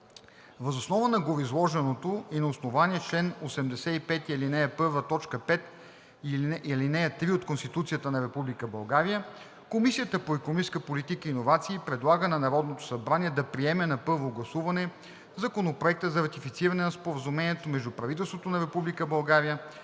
Въз основа на гореизложеното и на основание чл. 85, ал. 1, т. 5 и ал. 3 от Конституцията на Република България Комисията по икономическа политика и иновации предлага на Народното събрание да приеме на първо гласуване Законопроекта за ратифициране на Споразумението между правителството на